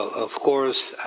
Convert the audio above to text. of course